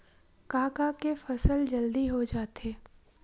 का का के फसल जल्दी हो जाथे?